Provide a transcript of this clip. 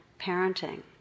parenting